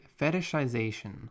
fetishization